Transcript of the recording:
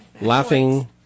Laughing